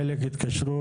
חלק התקשרו,